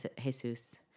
Jesus